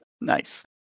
nice